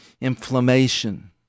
inflammation